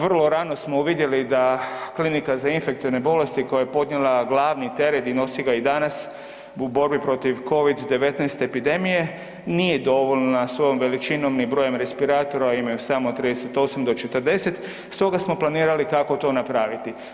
Vrlo rano smo uvidjeli da Klinika za infektivne bolesti koja je podnijela glavni teret i nosi ga i danas u borbi protiv COVID-19 epidemije nije dovoljna svojom veličinom ni brojem respiratora, imaju samo od 38 do 40 stoga smo planirali kako to napraviti.